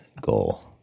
goal